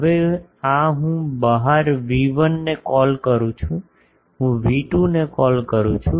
હવે આ હું બહાર V1 ને કોલ કરું છું હું V2 ને કોલ કરું છું